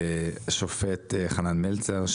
לשופט חנן מלצר,